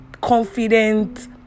confident